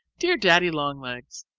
dear daddy-long-legs,